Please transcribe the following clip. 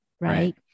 right